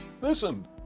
Listen